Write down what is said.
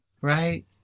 right